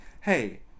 Hey